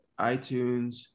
iTunes